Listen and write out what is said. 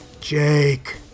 Jake